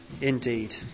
indeed